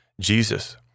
Jesus